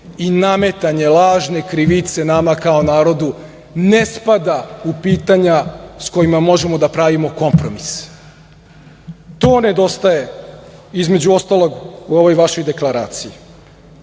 i nametanje lažne krivice nama kao narodu ne spada u pitanja s kojima možemo da pravimo kompromis. To nedostaje, između ostalog, u ovoj vašoj deklaraciji. Ali,